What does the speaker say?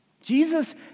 Jesus